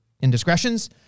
indiscretions